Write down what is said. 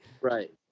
Right